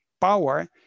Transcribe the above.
power